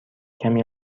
کمی